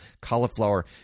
cauliflower